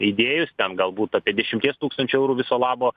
įdėjus ten galbūt apie dešimties tūkstančių eurų viso labo